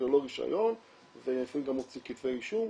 ללא רישיון ולפעמים גם מוציאים כתבי אישום.